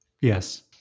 Yes